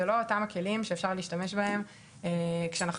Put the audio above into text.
אלו לא אותם הכלים שאפשר להשתמש בהם כאשר אנחנו